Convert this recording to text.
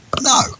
no